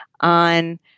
on